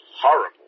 horrible